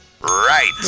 Right